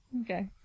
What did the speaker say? Okay